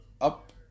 up